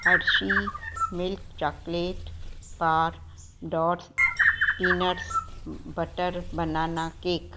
hershey milk chocolate bar doors peanuts butter banana cake